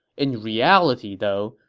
in reality, though,